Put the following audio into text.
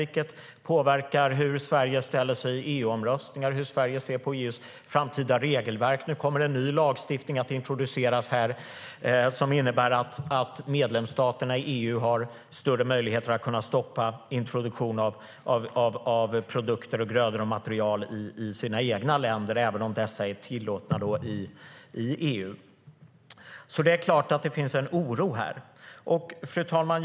Det påverkar hur Sverige ställer sig i EU-omröstningar och hur Sverige ser på EU:s framtida regelverk. Nu kommer det att introduceras en ny lagstiftning som innebär att medlemsstaterna i EU har större möjligheter att stoppa introduktion av produkter, grödor och material i sina egna länder, även om dessa är tillåtna i EU. Det är alltså klart att det finns en oro. Fru talman!